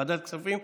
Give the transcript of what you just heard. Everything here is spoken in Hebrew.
ועדת הכספים?